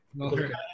Okay